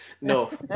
No